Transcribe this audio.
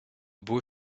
beaux